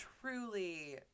truly